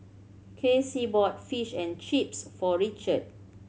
Kassie bought Fish and Chips for Richard